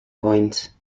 point